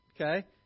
Okay